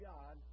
God